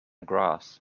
grass